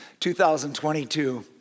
2022